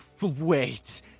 Wait